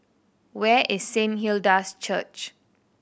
where is Saint Hilda's Church